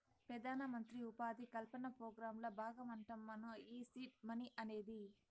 పెదానమంత్రి ఉపాధి కల్పన పోగ్రాంల బాగమంటమ్మను ఈ సీడ్ మనీ అనేది